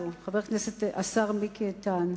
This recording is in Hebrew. השר מיקי איתן,